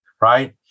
Right